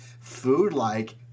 food-like